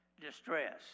distress